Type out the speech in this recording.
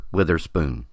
Witherspoon